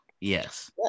Yes